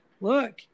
look